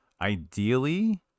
ideally